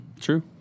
true